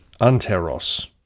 Anteros